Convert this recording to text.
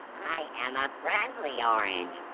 i am a friendly orange.